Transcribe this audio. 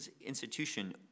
institution